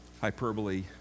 hyperbole